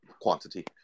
quantity